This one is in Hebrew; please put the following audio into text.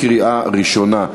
קריאה ראשונה.